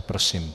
Prosím.